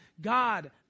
God